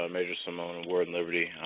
um major seamone and warden liberty.